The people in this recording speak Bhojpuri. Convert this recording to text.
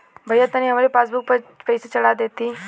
भईया तनि हमरे पासबुक पर पैसा चढ़ा देती